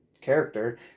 character